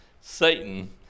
Satan